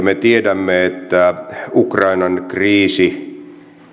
me tiedämme että ukrainan kriisi